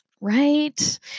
right